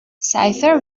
seither